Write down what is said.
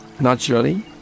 naturally